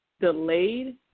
Delayed